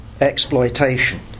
exploitation